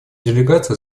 делегация